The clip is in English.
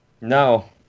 No